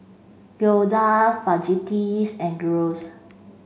Gyoza Fajitas and Gyros